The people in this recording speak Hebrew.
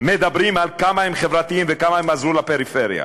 מדברים על כמה הם חברתיים וכמה הם עזרו לפריפריה.